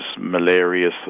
malarious